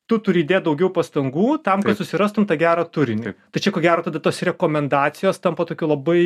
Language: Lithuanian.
tu turi įdėt daugiau pastangų tam kad susirastum tą gerą turinį tai čia ko gero tada tos rekomendacijos tampa tokiu labai